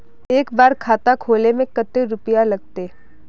एक बार खाता खोले में कते रुपया लगते?